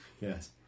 yes